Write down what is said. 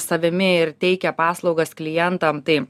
savimi ir teikia paslaugas klientam tai